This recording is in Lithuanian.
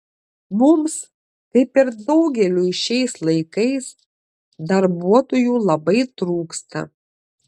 mums kaip ir daugeliui šiais laikais darbuotojų labai trūksta